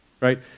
right